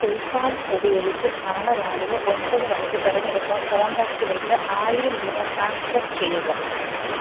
PayPal ഉപയോഗിച്ച് നാളെ രാവിലെ ഒൻപത് മണിക്ക് തെരഞ്ഞെടുത്ത കോൺടാക്റ്റുകൾക്ക് ആയിരം രൂപ ട്രാൻസ്ഫർ ചെയ്യുക